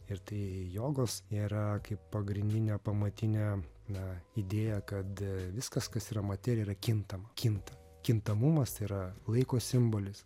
ir tai jogos yra kaip pagrindinė pamatinė na idėja kada viskas kas yra materija ir yra kintama kinta kintamumas tai yra laiko simbolis